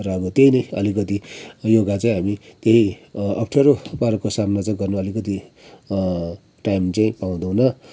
र अब त्यही नै अलिकति योगा चाहिँ हामी त्यही अप्ठ्यारो परेको सामना चाहिँ गर्नु अलिकति टाइम चाहिँ पाउँदैनौँ